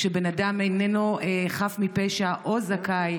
כשבן אדם איננו חף מפשע או זכאי,